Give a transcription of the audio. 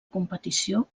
competició